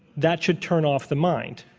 that should turn off the mind.